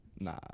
Nah